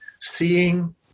seeing